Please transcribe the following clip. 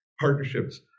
partnerships